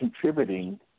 contributing